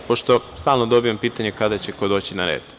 Stalno dobijam pitanje kada će ko doći na red.